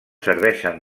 serveixen